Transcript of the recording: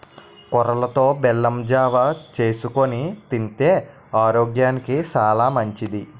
కొర్రలతో బెల్లం జావ చేసుకొని తింతే ఆరోగ్యానికి సాలా మంచిది